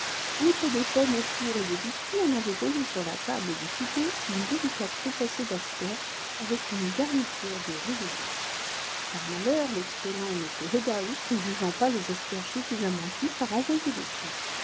outre des pommes au four et des biscuits on avait posé sur la table du souper une délicate fricassée d'asperges avec une garniture de ris de veau par malheur l'excellent m woodhouse ne jugeant pas les asperges suffisamment cuites a renvoyé le tout